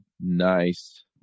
Nice